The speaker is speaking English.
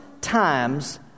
times